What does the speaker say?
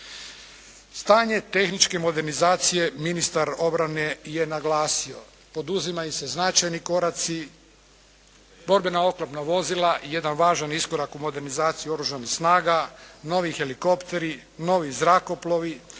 Stanje tehničke modernizacije ministar obrane je naglasio. Poduzimaju se značajni koraci, borbena oklopna vozila jedan važan iskorak u modernizaciji Oružanih snaga, novi helikopteri, novi zrakoplovi,